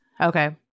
Okay